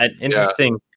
Interesting